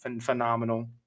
phenomenal